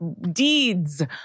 deeds